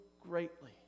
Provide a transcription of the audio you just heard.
greatly